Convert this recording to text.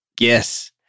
Yes